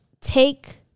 take